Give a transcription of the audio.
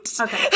Okay